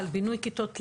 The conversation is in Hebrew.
על בינוי כיתות לימוד,